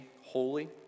holy